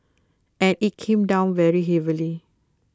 and IT came down very heavily